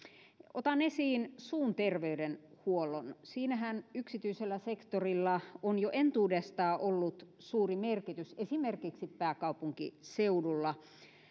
otan esiin suun terveydenhuollon siinähän yksityisellä sektorilla on jo entuudestaan ollut suuri merkitys esimerkiksi pääkaupunkiseudulla